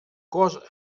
cos